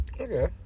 Okay